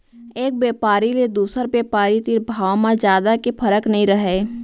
एक बेपारी ले दुसर बेपारी तीर भाव म जादा के फरक नइ रहय